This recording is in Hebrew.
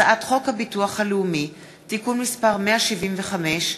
הצעת חוק הביטוח הלאומי (תיקון מס' 175),